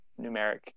numeric